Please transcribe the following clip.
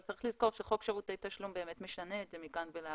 אבל צריך לזכור שגם כך חוק שירותי תשלום באמת משנה את זה מכאן ולהבא.